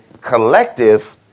collective